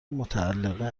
مطلقه